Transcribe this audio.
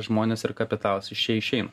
žmonės ir kapitalas iš čia išeina